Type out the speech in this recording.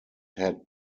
had